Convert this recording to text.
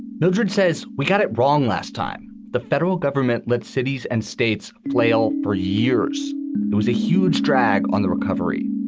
mildred says, we got it wrong last time. the federal government let cities and states flail for years. it was a huge drag on the recovery.